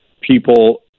people